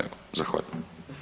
Evo, zahvaljujem.